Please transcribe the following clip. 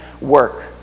work